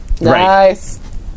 Nice